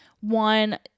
one